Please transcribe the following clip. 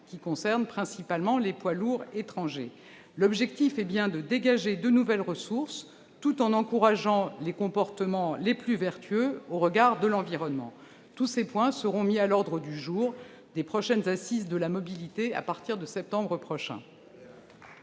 pu recourir, principalement pour les poids lourds étrangers. L'objectif est bien de dégager de nouvelles ressources tout en encourageant les comportements les plus vertueux au regard de l'environnement. Tous ces points seront inscrits à l'ordre du jour des assises de la mobilité, qui se tiendront à partir de septembre prochain.